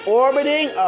orbiting